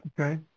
Okay